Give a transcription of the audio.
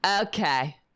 okay